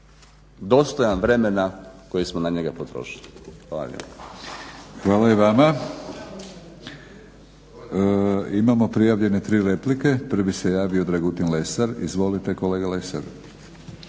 dostojan vremena koje smo na njega potrošili. Hvala lijepa. **Batinić, Milorad (HNS)** Hvala i vama. Imamo prijavljene tri replike. Prvi se javio Dragutin Lesar. Izvolite kolega Lesar.